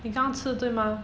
你刚吃对吗